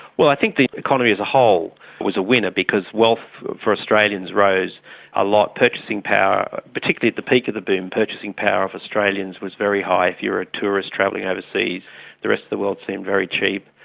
well, i think the economy as a whole was a winner because wealth for australians rose a lot, purchasing power, particularly at the peak of the boom, purchasing power of australians was very high. if you were a tourist travelling overseas the rest of the world seemed very cheap.